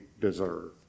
deserve